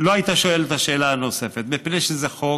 לא היית שואל את השאלה הנוספת, מפני שזה חוק,